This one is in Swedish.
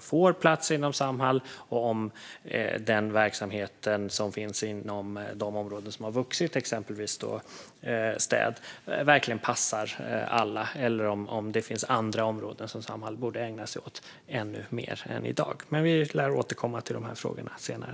får plats inom Samhall och hur den verksamhet fungerar som finns inom de områden som har vuxit, exempelvis städning. Finns det kanske andra områden som Samhall borde ägna sig åt ännu mer än i dag? Vi lär återkomma till de här frågorna senare.